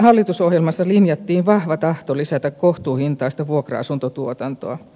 hallitusohjelmassa linjattiin vahva tahto lisätä kohtuuhintaista vuokra asuntotuotantoa